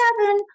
seven